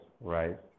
right